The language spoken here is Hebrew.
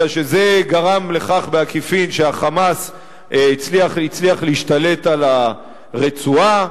אלא שזה גרם בעקיפין לכך שה"חמאס" הצליח להשתלט על הרצועה,